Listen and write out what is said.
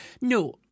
No